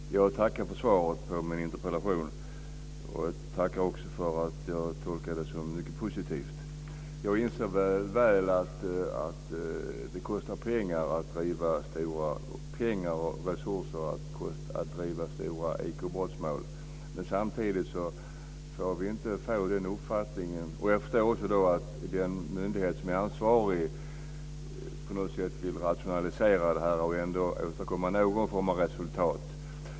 Fru talman! Jag tackar för svaret på min interpellation. Jag tolkar det som mycket positivt. Jag inser mycket väl att det kostar pengar och krävs resurser för att driva stora ekobrottsmål. Jag förstår också att den ansvariga myndigheten vill rationalisera och komma fram till någon form av resultat.